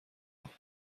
noch